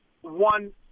one